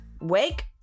wake